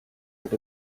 out